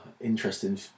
interesting